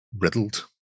riddled